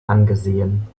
angesehen